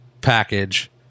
package